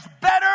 better